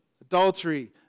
adultery